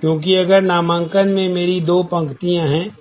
क्योंकि अगर नामांकन में मेरी दो पंक्तियाँ हैं